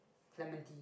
lemon tea